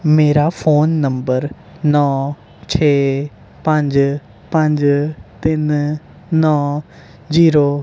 ਮੇਰਾ phone number ਨੌ ਛੇ ਪੰਜ ਪੰਜ ਤਿੰਨ ਨੌ ਜੀਰੋ